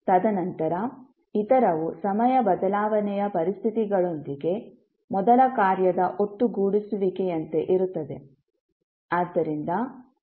ತದನಂತರ ಇತರವು ಸಮಯ ಬದಲಾವಣೆಯ ಪರಿಸ್ಥಿತಿಗಳೊಂದಿಗೆ ಮೊದಲ ಕಾರ್ಯದ ಒಟ್ಟುಗೂಡಿಸುವಿಕೆಯಂತೆ ಇರುತ್ತದೆ